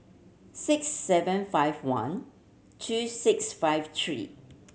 six seven five one two six five three